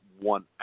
one